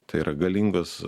tai yra galingos